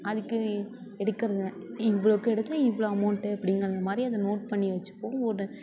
அதுக்கு எடுக்கிறது இவ்வளோக்கு எடுத்தேன் இவ்வளோ அமௌண்ட்டு அப்படிங்கிறது மாதிரி அதை நோட் பண்ணி வச்சுப்போம் ஒரு